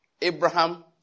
Abraham